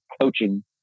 coaching